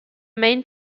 main